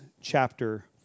chapter